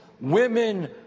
women